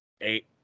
Eight